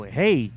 hey